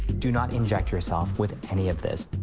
do not inject yourself with any of this.